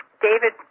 David